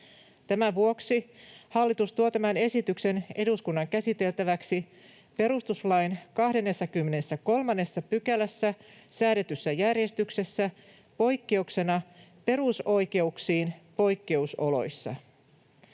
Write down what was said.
Tämän vuoksi hallitus tuo tämän esityksen eduskunnan käsiteltäväksi perustuslain 23 §:ssä säädetyssä järjestyksessä poikkeuksena perusoikeuksiin poikkeusoloissa.